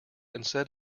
instead